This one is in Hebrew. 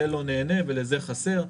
זה לא נהנה ולזה חסר.